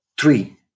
three